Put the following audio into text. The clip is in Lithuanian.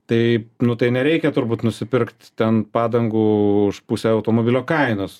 tai nu tai nereikia turbūt nusipirkt ten padangų už pusę automobilio kainos